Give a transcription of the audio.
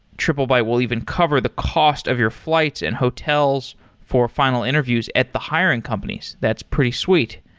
triplebyte will even cover the cost of your flights and hotels for final interviews at the hiring companies. that's pretty sweet.